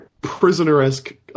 prisoner-esque